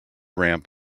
ramp